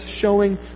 showing